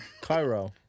Cairo